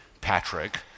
Patrick